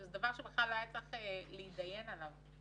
שזה דבר שבכלל לא היה צריך להתדיין עליו.